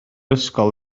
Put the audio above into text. ysgol